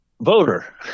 voter